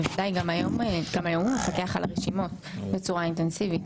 גם היום הוא מפקח על הרשימות בצורה אינטנסיבית.